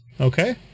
Okay